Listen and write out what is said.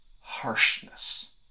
harshness